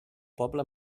poble